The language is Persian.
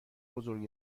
بزرگ